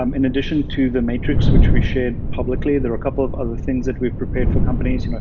um in addition to the matrix which we shared publicly, there are a couple of other things that we've prepared for companies, you know